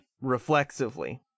Reflexively